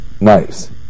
Nice